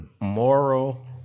moral-